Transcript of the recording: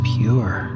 pure